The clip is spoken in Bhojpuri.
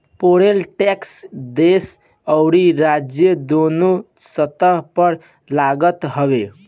पेरोल टेक्स देस अउरी राज्य दूनो स्तर पर लागत हवे